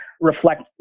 reflect